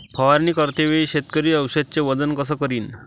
फवारणी करते वेळी शेतकरी औषधचे वजन कस करीन?